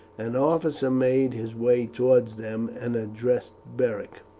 an officer made his way towards them and addressed beric.